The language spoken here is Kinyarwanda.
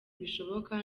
bishoboka